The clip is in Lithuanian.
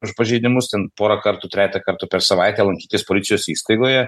už pažeidimus ten porą kartų trejetą kartų per savaitę lankytis policijos įstaigoje